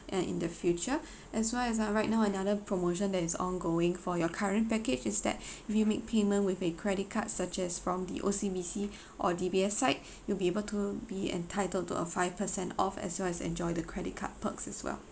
and in the future as well as uh right now another promotion that is ongoing for your current package is that if you make payment with a credit card such as from the O_C_B_C or D_B_S side you'll be able to be entitled to a five percent off as well as enjoy the credit card perks as well